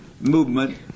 movement